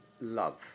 love